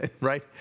right